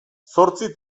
zortzi